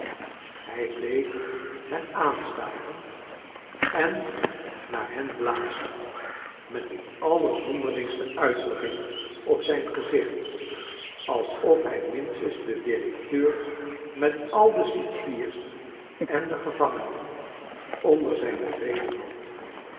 hij bleef hen aanstaren en naar hen blazen met een allerzonderlingste uitdrukking op zijn gezicht alsof hij minstens den directeur met al de cipiers en de gevangenen onder zijn bevelen had